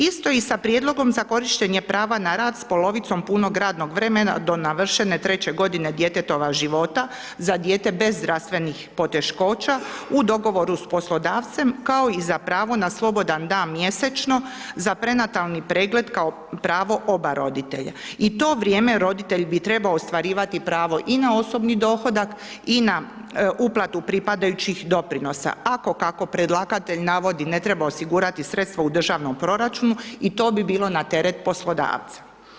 Isto i sa prijedlogom za korištenje prava na rad s polovicom punog radnog vremena do navršene treće godine djetetova života, za djete bez zdravstvenih poteškoća u dogovoru s poslodavcem, kao i za pravo na slobodan dan mjesečno za prenatalni pregled kao pravo oba roditelja i to vrijeme roditelj bi trebao ostvarivati pravo i na osobni dohodak i na uplatu pripadajućih doprinosa ako, kako predlagatelj navodi, ne treba osigurati sredstva u državnom proračunu i to bi bilo na teret poslodavca.